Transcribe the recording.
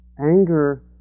anger